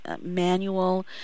manual